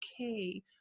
okay